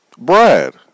Brad